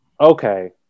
okay